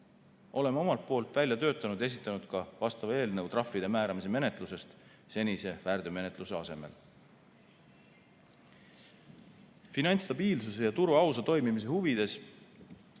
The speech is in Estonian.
Oleme omalt poolt välja töötanud ja esitanud ka vastava eelnõu trahvide määramise menetlusest senise väärteomenetluse asemel. Finantsstabiilsuse ja turu ausa toimimise huvides